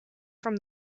from